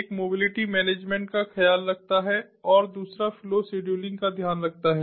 एक mobility management का ख्याल रखता है और दूसरा फ्लो शेड्यूलिंग का ध्यान रखता है